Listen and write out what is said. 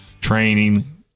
training